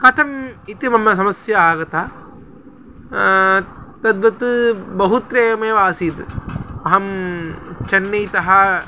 कथम् इति मम समस्या आगता तद्वत् बहुत्र एवमेव आसीत् अहं चेन्नैतः